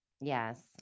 Yes